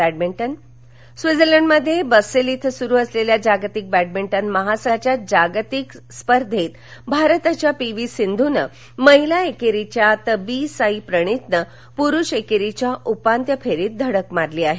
badminton स्वित्झर्लंडमध्ये Basel इथं सुरू असलेल्या जागतिक बॅडमिंटन महासंघाच्या जागतिक बॅडमिंटन अजिंक्यपद स्पर्धेत भारताच्या पी व्ही सिंधूनं महिला एकेरीच्या तर बी साई प्रणीतनं पुरुष एकेरीच्या उपांत्य फेरीत धडक मारली आहे